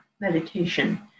meditation